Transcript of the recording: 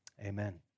amen